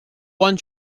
one